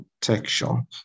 protection